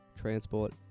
transport